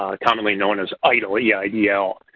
ah commonly known as eidl, e i d l.